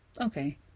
Okay